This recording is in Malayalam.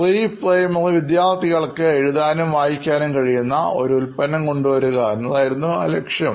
പ്രീപ്രൈമറി വിദ്യാർഥികൾക്ക് എഴുതാനും വായിക്കാനും കഴിയുന്ന ഒരു ഉൽപന്നം കൊണ്ടുവരിക എന്നതായിരുന്നു ആദ്യ ലക്ഷ്യം